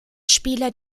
spieler